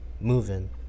moving